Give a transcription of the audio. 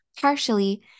partially